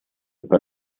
per